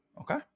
Okay